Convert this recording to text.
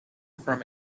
from